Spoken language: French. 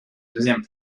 deuxième